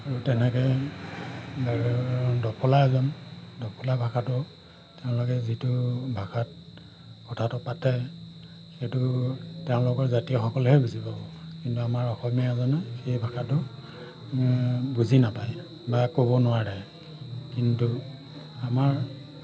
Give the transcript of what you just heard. আৰু তেনেকৈ দফলা এজন দফলা ভাষাটো তেওঁলোকে যিটো ভাষাত কথাটো পাতে সেইটো তেওঁলোকৰ জাতীয়সকলেহে বুজি পাব কিন্তু আমাৰ অসমীয়া এজনে সেই ভাষাটো বুজি নাপায় বা ক'ব নোৱাৰে কিন্তু আমাৰ